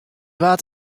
waard